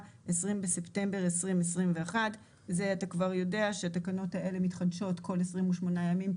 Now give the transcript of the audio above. (20 בספטמבר 2021)״." אתה כבר יודע שהתקנות האלה מתחדשות כל 28 ימים,